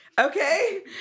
okay